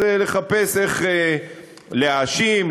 אז לחפש איך להאשים,